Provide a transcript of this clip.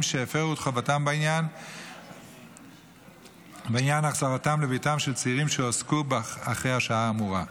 שהפרו את חובתם בעניין החזרת צעירים שהועסקו אחרי השעה האמורה לביתם.